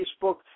Facebook